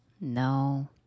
No